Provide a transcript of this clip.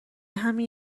همین